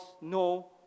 no